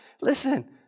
Listen